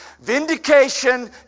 Vindication